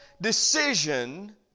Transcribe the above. decision